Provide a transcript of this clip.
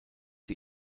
die